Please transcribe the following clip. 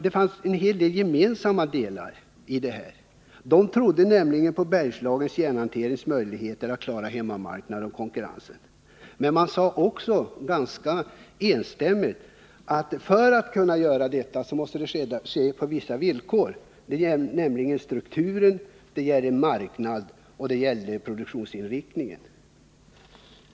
Det fanns en hel del gemensamt i de här utredningarna. Där trodde man nämligen på Bergslagens möjligheter att klara hemmamarknaden och konkurrensen. Men man sade också ganska enstämmigt att detta kunde ske endast under förutsättning att vissa villkor uppfylldes, och dessa gällde strukturen, marknaden och produktionsinriktningen.